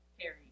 Harry